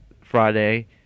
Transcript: Friday